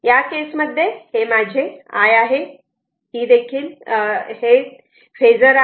या केस मध्ये हे माझी i आहे की ही देखील हे फेजर आहे